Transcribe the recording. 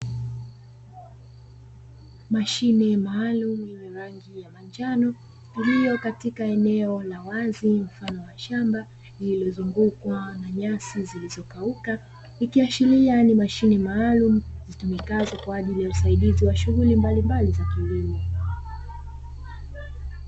Mashine maalum yenye rangi ya manjano iliyo katika eneo la wazi, mfano wa shamba lililozungukwa na nyasi zilizokauka. Ikiashiria ni mashine maalum zitumikazo kwa ajili ya usaidizi wa shughuli mbalimbali za kilimo.